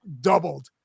doubled